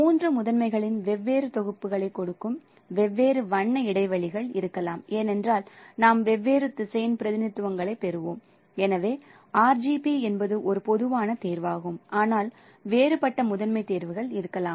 மூன்று முதன்மைகளின் வெவ்வேறு தொகுப்புகளைக் கொடுக்கும் வெவ்வேறு வண்ண இடைவெளிகள் இருக்கலாம் ஏனென்றால் நாம் வெவ்வேறு திசையன் பிரதிநிதித்துவங்களைப் பெறுவோம் எனவே RGB என்பது ஒரு பொதுவான தேர்வாகும் ஆனால் வேறுபட்ட முதன்மை தேர்வுகள் இருக்கலாம்